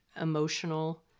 emotional